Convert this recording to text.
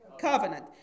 Covenant